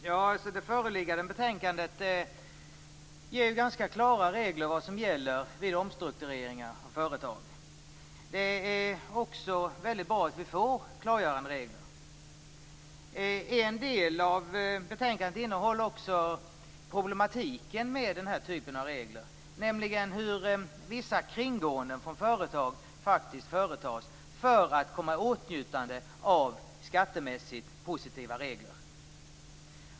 Herr talman! I det förevarande betänkandet ges ganska klara regler för vad som gäller vid omstruktureringar av företag. Det är också väldigt bra att vi får klargörande regler. I en del av betänkandet tar man upp den problematik som består i att företag gör vissa kringgåenden för att få fördel av skattemässigt positiva regler.